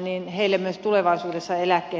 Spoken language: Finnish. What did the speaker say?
niin heille myös tulevaisuudessa eläkkeet maksetaan